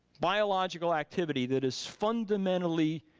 biological activity that is fundamentally